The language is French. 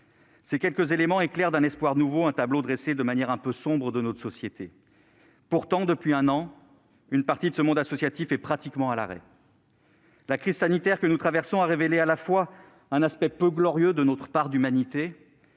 Ces quelques éléments éclairent d'un espoir nouveau le tableau de notre société que j'ai dressé de manière un peu sombre. Pourtant, depuis un an, une partie de ce monde associatif est pratiquement à l'arrêt. La crise sanitaire que nous traversons a révélé à la fois un aspect peu glorieux de notre humanité,